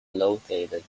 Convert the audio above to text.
located